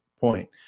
point